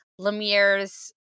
Lemire's